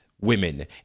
women